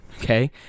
okay